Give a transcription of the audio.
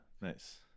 nice